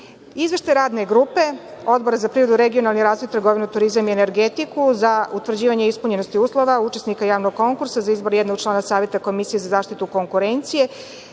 Izveštaj Radne grupe, Odbor za privredu, regionalni razvoj, trgovinu, turizam i energetiku, za utvrđivanje ispunjenosti uslova učesnika javnog konkursa za izbor jednog člana Saveta komisije za zaštitu konkurencije